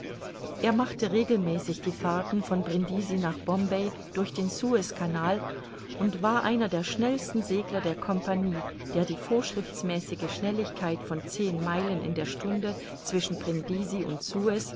er machte regelmäßig die fahrten von brindisi nach bombay durch den suez canal und war einer der schnellsten segler der compagnie der die vorschriftsmäßige schnelligkeit von zehn meilen in der stunde zwischen brindisi und suez